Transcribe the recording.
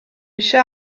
eisiau